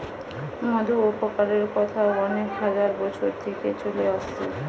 মধুর উপকারের কথা অনেক হাজার বছর থিকে চলে আসছে